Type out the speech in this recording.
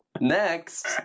Next